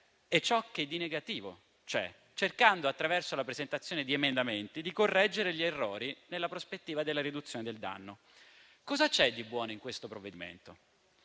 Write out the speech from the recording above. e ciò che di negativo c'è, cercando, attraverso la presentazione di emendamenti, di correggere gli errori nella prospettiva della riduzione del danno. Cosa c'è di buono in questo provvedimento?